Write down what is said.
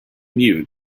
mute